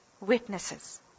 Witnesses